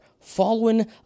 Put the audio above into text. following